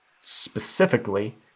specifically